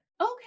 Okay